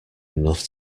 enough